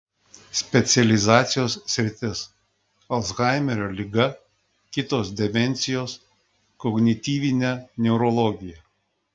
specializacijos sritis alzhaimerio liga kitos demencijos kognityvinė neurologija